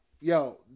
yo